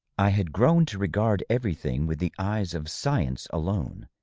i had grown to regard everything with the eyes of science alone,